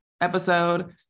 episode